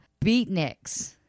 Beatniks